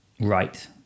Right